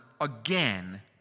again